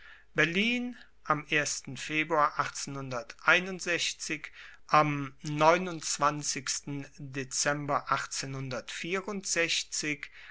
berlin am februar am